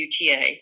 UTA